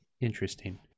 Interesting